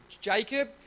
Jacob